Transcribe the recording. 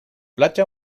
platja